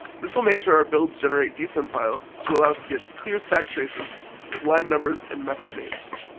this will make sure our builds generate dsym files to allow us to get clear stack traces with line numbers and method names.